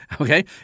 okay